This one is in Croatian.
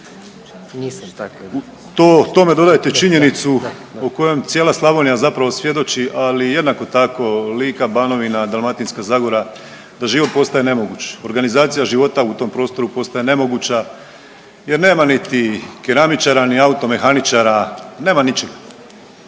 tome dodajte činjenicu o kojoj cijela Slavonija zapravo svjedoči, ali jednako tako Lika, Banovina, Dalmatinska zagora, da život postaje nemoguć, organizacija života u tom prostoru postaje nemoguća jer nema niti keramičara, ni automehaničara, nema ničega